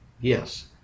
Yes